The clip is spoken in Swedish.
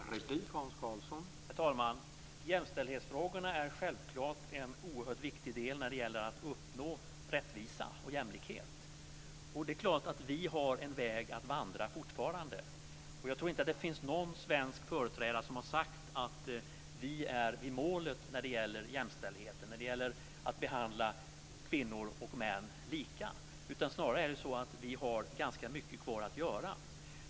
Herr talman! Jämställdhetsfrågorna är självklart en oerhört viktig del när det gäller att uppnå rättvisa och jämlikhet. Det är klart att vi fortfarande har en bit väg att vandra. Jag tror inte att det finns någon svensk företrädare som sagt att vi är vid målet när det gäller jämställdheten, när det gäller att behandla kvinnor och män lika. Snarare har vi ganska mycket kvar att göra.